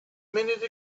minute